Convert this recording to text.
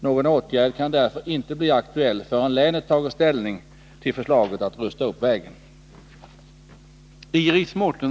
Någon åtgärd kan därför inte bli aktuell förrän länet tagit ställning till förslaget att rusta upp vägen.